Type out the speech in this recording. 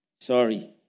Sorry